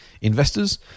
investors